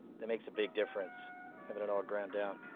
that makes a big difference having it all ground down.